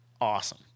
Awesome